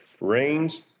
rains